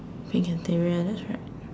pink interior that's right